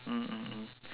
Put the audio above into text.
mm mm mm